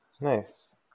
Nice